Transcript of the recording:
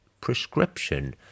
prescription